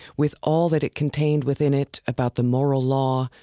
with all that it contained within it about the moral law,